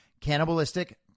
cannibalistic